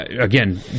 again